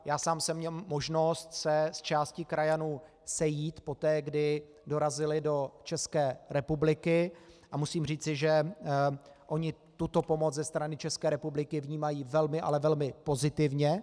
Já sám jsem měl možnost se s částí krajanů sejít poté, kdy dorazili do České republiky, a musím říci, že oni tuto pomoc ze strany České republiky vnímají velmi, ale velmi pozitivně.